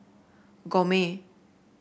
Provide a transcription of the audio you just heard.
gourmet